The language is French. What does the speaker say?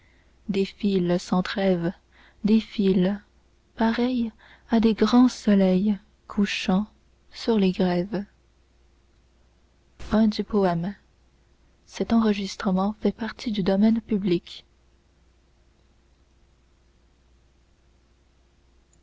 défilent sans trêves défilent pareils a des grands soleils couchants sur les grèves